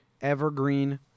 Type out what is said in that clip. evergreen